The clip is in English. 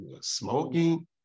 smoking